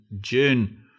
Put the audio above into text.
June